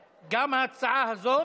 וגם הם רוצים לקנות משהו לאכול ולשתות,